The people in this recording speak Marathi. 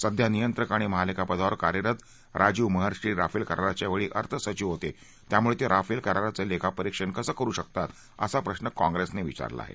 सध्या नियंत्रक आणि महालेखा पदावर कार्यरत राजीव महर्षी राफेल कराराच्यावेळी अर्थसचिव होते त्यामुळे ते राफेल कराराचं लेखापरीक्षण कसं करु शकतात असा प्रश्व काँप्रेसनं विचारला आहे